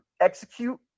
Execute